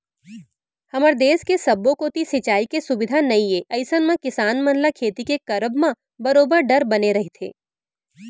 हमर देस के सब्बो कोती सिंचाई के सुबिधा नइ ए अइसन म किसान मन ल खेती के करब म बरोबर डर बने रहिथे